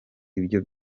ibyo